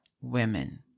women